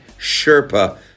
Sherpa